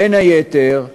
בין היתר,